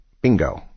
bingo